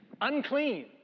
unclean